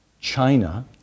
China